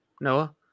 Noah